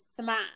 smile